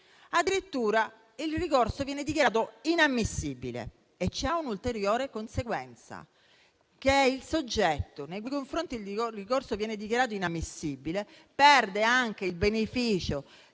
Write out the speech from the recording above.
nuovi - il ricorso viene dichiarato inammissibile. Si ha così un'ulteriore conseguenza, ovvero che il soggetto nei cui confronti il ricorso viene dichiarato inammissibile perde anche il beneficio